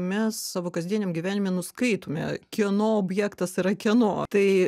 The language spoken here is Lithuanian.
mes savo kasdieniam gyvenime nuskaitome kieno objektas yra kieno tai